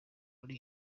muri